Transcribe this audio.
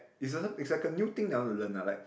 it's like a new thing that I want to learn lah like